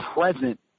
present